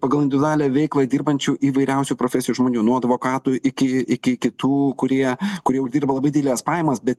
pagal individualią veiklą dirbančių įvairiausių profesijų žmonių nuo advokatų iki iki kitų kurie kur jau dirba labai dideles pajamas bet